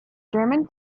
german